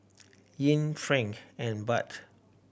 yen franc and Baht